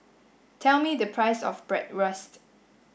tell me the price of Bratwurst